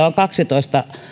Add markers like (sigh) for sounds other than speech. (unintelligible) on kaksitoista